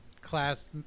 class